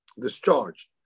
discharged